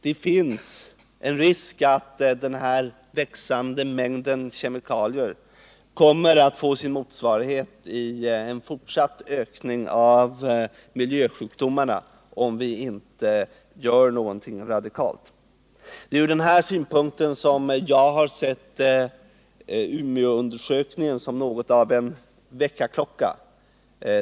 Det finns en risk att den växande mängden kemikalier kommer att få sin motsvarighet i en fortsatt ökning av miljösjukdomarna, om vi inte gör något radikalt. Det är från denna synpunkt som jag har sett Umeåundersökningen som något av en väckarklocka.